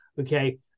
okay